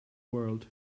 world